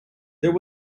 there